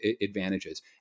advantages